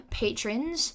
patrons